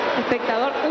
Espectador